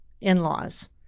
in-laws